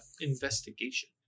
investigation